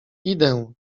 idę